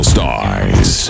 Stars